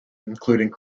including